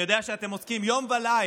אני יודע שאתם עוסקים יום וליל